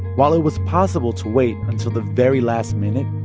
while it was possible to wait until the very last minute,